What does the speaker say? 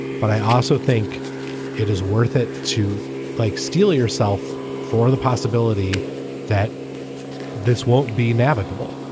but i also think it is worth it to like steel yourself for the possibility that this won't be navigable,